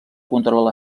control